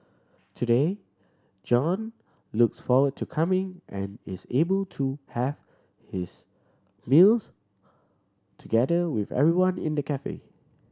today John looks forward to coming and is able to have his meals together with everyone in the cafe